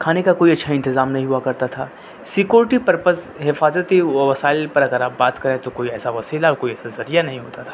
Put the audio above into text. کھانے کا کوئی اچھا انتظام نہیں ہوا کرتا تھا سیکورٹی پرپز حفاظتی وسائل پر اگر آپ بات کریں تو کوئی ایسا وسیلہ کوئی ایسا ذریعہ نہیں ہوتا تھا